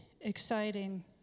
exciting